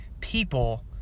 people